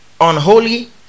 unholy